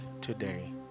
today